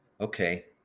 okay